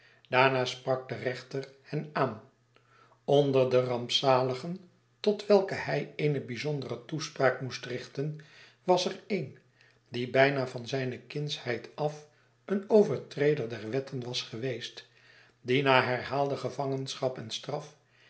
daarna sprak de rechter hen aan onderderarnpzaligen tot welke hy eenebijzonderetoespraak moest richten was er een die bijna van zijne kindsheid af een overtreder der wetten was geweest die na herhaalde gevangenschap en straf